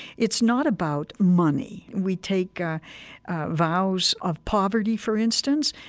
it's not about money. we take ah vows of poverty, for instance.